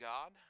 God